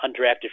undrafted